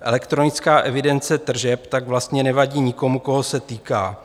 Elektronická evidence tržeb tak vlastně nevadí nikomu, koho se týká.